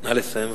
נא לסיים.